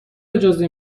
اجازه